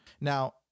Now